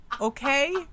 Okay